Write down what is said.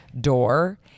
door